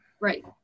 Right